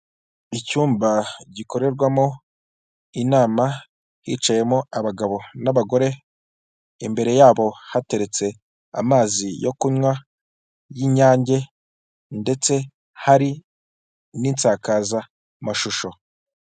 Icyumba gikorerwamo inama hicayemo abagabo n'abagore, imbere yabo hateretse amazi yo kunywa, y'inyange ndetse hari n'insakazamashusho.